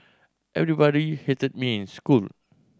everybody hated me in school